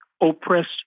oppressed